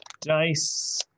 dice